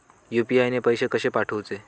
UPI ने पैशे कशे पाठवूचे?